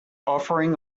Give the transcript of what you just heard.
offering